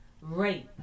rape